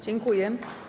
Dziękuję.